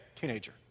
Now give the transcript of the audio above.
teenager